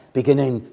beginning